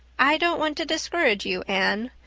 i don't want to discourage you, anne,